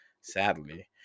sadly